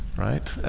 right?